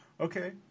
Okay